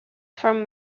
from